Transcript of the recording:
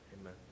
Amen